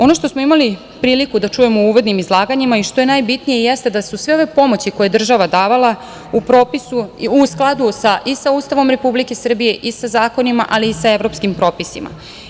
Ono što smo imali priliku da čujemo u uvodnim izlaganjima i što je najbitnije, jeste da su sve ove pomoći koje je država davala u skladu i sa Ustavom Republike Srbije i sa zakonima, ali i sa evropskim propisima.